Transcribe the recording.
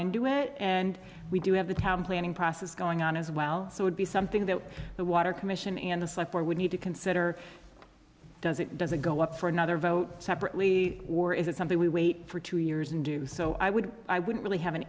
into it and we do have a town planning process going on as well so would be something that the water commission and the software would need to consider does it does it go up for another vote separately or is it something we wait for two years and do so i would i wouldn't really have an